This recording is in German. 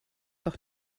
doch